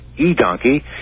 eDonkey